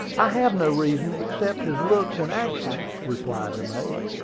i have no reason, except his looks and actions, replied the mate.